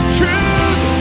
truth